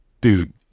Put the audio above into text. dude